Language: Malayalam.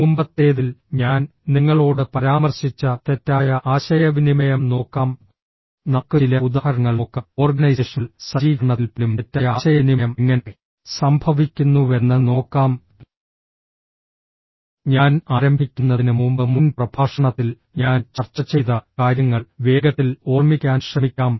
മുമ്പത്തേതിൽ ഞാൻ നിങ്ങളോട് പരാമർശിച്ച തെറ്റായ ആശയവിനിമയം നോക്കാം നമുക്ക് ചില ഉദാഹരണങ്ങൾ നോക്കാം ഓർഗനൈസേഷണൽ സജ്ജീകരണത്തിൽ പോലും തെറ്റായ ആശയവിനിമയം എങ്ങനെ സംഭവിക്കുന്നുവെന്ന് നോക്കാം ഞാൻ ആരംഭിക്കുന്നതിന് മുമ്പ് മുൻ പ്രഭാഷണത്തിൽ ഞാൻ ചർച്ച ചെയ്ത കാര്യങ്ങൾ വേഗത്തിൽ ഓർമ്മിക്കാൻ ശ്രമിക്കാം